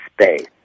space